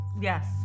Yes